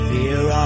Fear